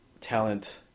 talent